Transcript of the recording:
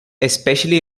especially